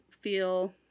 feel